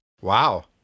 Wow